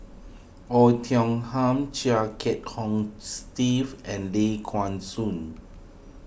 Oei Tiong Ham Chia Kiah Hong Steve and Ley Kuan Soon